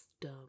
dumb